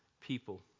people